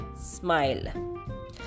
smile